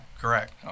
correct